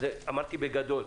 אמרתי "בגדול".